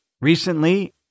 Recently